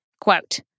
quote